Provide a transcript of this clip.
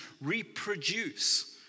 reproduce